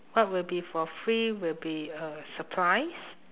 what would be for free will be uh supplies